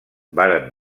varen